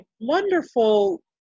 wonderful